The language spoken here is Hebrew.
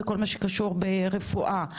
וכל מה שקשור ברפואה.